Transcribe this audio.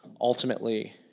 ultimately